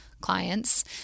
clients